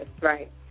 right